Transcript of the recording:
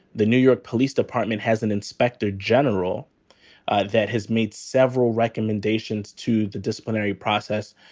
the new york police department has an inspector general that has made several recommendations to the disciplinary process,